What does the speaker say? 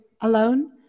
alone